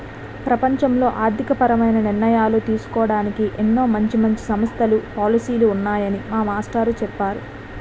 ప్రపంచంలో ఆర్థికపరమైన నిర్ణయాలు తీసుకోడానికి ఎన్నో మంచి మంచి సంస్థలు, పాలసీలు ఉన్నాయని మా మాస్టారు చెప్పేరు